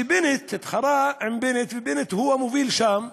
שבנט, התחרה עם בנט, ובנט הוא המוביל שם,